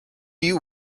you